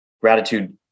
Gratitude